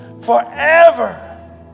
forever